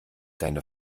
deine